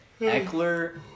Eckler